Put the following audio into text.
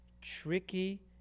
tricky